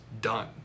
done